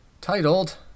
titled